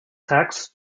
tax